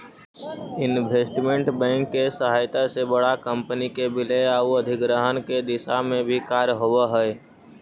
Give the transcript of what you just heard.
investment bank के सहायता से बड़ा कंपनी के विलय आउ अधिग्रहण के दिशा में भी कार्य होवऽ हइ